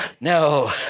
No